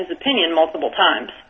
his opinion multiple times